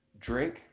drink